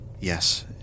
Yes